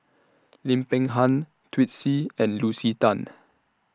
Lim Peng Han Twisstii and Lucy Tan